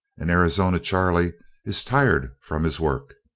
and arizona charley is tired from his work.